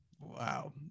wow